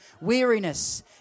weariness